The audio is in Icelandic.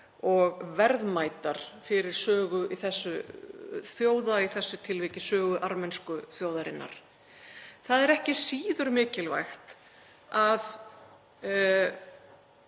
og verðmætar fyrir sögu þjóða, í þessu tilviki sögu armensku þjóðarinnar. Það er ekki síður mikilvægt að